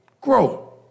Grow